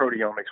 proteomics